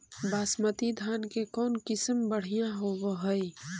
बासमती धान के कौन किसम बँढ़िया होब है?